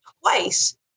Twice